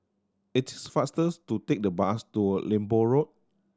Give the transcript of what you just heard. it is fastest to take the bus to Lembu Road